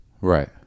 Right